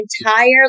entire